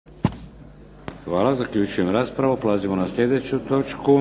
**Šeks, Vladimir (HDZ)** Prelazimo na slijedeću točku.